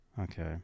Okay